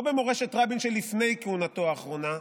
לא במורשת רבין שלפני כהונתו האחרונה,